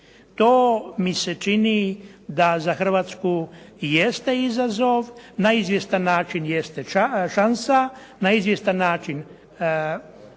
To mi se čini da za Hrvatsku jeste izazov, na izvjestan način jeste šansa, na izvjestan način